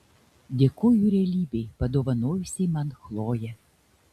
dėkoju realybei padovanojusiai man chloję